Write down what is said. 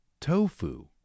tofu